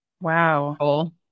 Wow